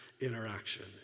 interaction